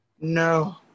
No